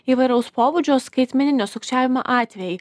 įvairaus pobūdžio skaitmeninio sukčiavimo atvejai